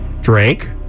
Drank